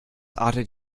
artet